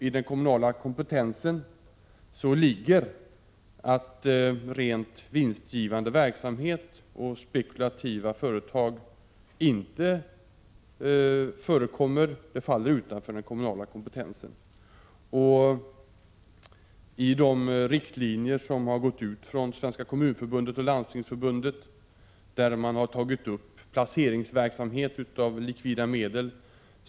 I den kommunala kompetensen ligger att rent vinstgivande verksamhet och spekulativa företag inte skall förekomma — det faller utanför den kommunala kompetensen. I de riktlinjer som man har gått ut med från Svenska kommunförbundet och Landstingsförbundet har man tagit upp placering av likvida medel.